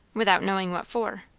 without knowing what for.